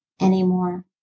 anymore